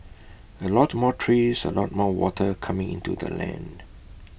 A lot more trees A lot more water coming into the land